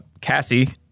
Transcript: Cassie